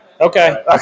Okay